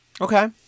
Okay